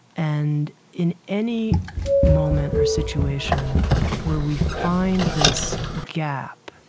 and in any moment or situation where we find this gap,